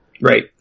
Right